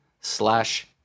slash